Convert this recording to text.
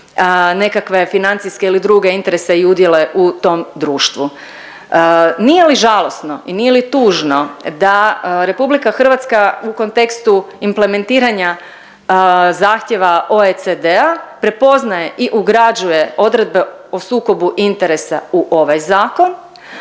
nekakve financijske ili druge interese i udjele u tom društvu. Nije li žalosno i nije li tužno da RH u kontekstu implementiranja zahtjeva OECD-a prepoznaje i ugrađuje odredbe o sukobu interesa u ovaj Zakon,